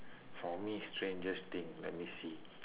for me strangest thing let me see